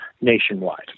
nationwide